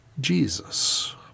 Jesus